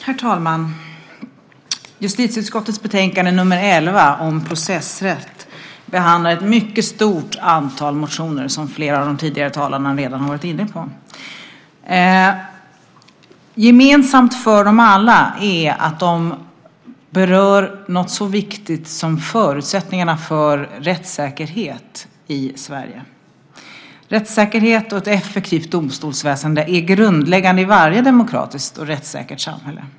Herr talman! I justitieutskottets betänkande 11 om processrätt behandlas ett mycket stort antal motioner som flera av de tidigare talarna redan varit inne på. Gemensamt för dem alla är att de berör något så viktigt som förutsättningarna för rättssäkerhet i Sverige. Rättssäkerhet och ett effektivt domstolsväsende är grundläggande i varje demokratiskt och rättssäkert samhälle.